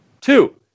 Two